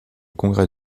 congrès